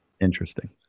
Interesting